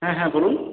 হ্যাঁ হ্যাঁ বলুন